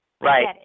Right